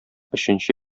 өченче